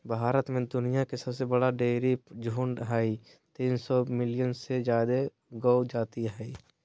भारत में दुनिया के सबसे बड़ा डेयरी झुंड हई, तीन सौ मिलियन से जादे गौ जाती हई